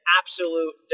absolute